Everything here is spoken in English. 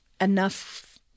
enough –